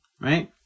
right